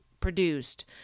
produced